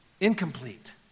incomplete